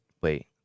wait